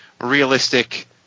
realistic